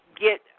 get